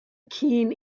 keen